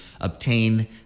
obtain